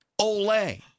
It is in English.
Olay